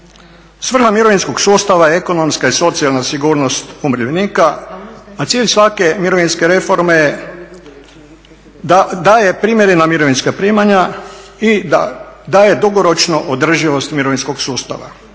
Svrha mirovinskog sustava je ekonomska i socijalna sigurnost umirovljenika, a cilj svake mirovinske reforme daje primjerena mirovinska primanja i daje dugoročnu održivost mirovinskog sustava.